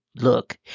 look